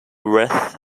wreath